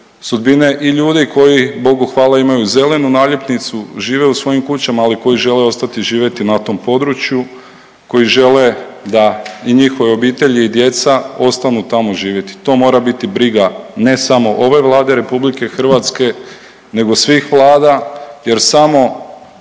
sudbine i ljudi koji Bogu hvala imaju zelenu naljepnicu, žive u svojim kućama, ali koji žele ostati živjeti na tom području, koji žele da i njihove obitelji i djeca ostanu tamo živjeti. To mora biti briga ne samo ove Vlade RH nego svih vlada jer samo